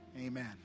Amen